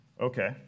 Okay